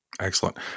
Excellent